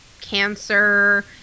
cancer